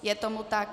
Je tomu tak.